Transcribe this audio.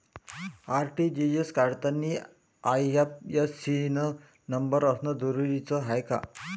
RTGS करतांनी IFSC न number असनं जरुरीच हाय का?